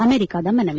ಅಮೆರಿಕದ ಮನವಿ